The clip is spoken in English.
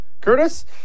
Curtis